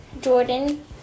Jordan